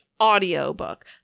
audiobook